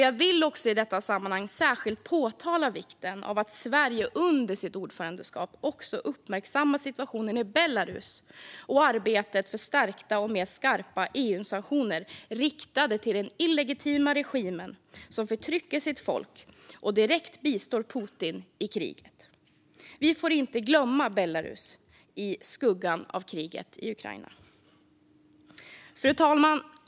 Jag vill i detta sammanhang särskilt peka på vikten av att Sverige under sitt ordförandeskap även uppmärksammar situationen i Belarus och arbetet för stärkta och mer skarpa EU-sanktioner riktade mot den illegitima regimen där, som förtrycker sitt folk och direkt bistår Putin i kriget. Vi får inte glömma Belarus i skuggan av kriget i Ukraina. Fru talman!